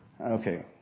Okay